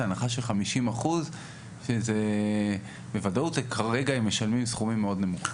הנחה של 50%. בוודאות כרגע הם משלמים סכומים מאוד נמוכים.